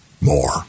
more